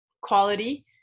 quality